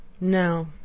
no